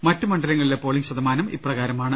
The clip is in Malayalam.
മറ്റു മണ്ഡലങ്ങളിലെ പോളിംഗ് ശതമാനം ഇപ്രകാരമാണ്